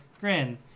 Grin